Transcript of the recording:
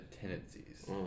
tendencies